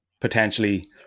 potentially